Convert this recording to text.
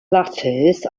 letters